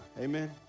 Amen